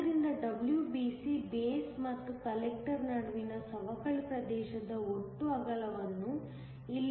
ಆದ್ದರಿಂದ WBC base ಮತ್ತು collector ನಡುವಿನ ಸವಕಳಿ ಪ್ರದೇಶದ ಒಟ್ಟು ಅಗಲವನ್ನು ಇಲ್ಲಿ ಬರೆಯುತ್ತೇನೆ